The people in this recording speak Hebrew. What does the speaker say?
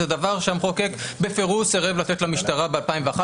זה דבר שהמחוקק בפירוש סירב לתת למשטרה ב-2011,